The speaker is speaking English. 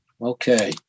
Okay